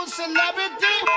celebrity